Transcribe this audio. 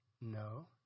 No